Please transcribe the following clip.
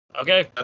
okay